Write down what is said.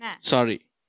Sorry